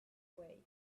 way